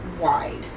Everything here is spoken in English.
wide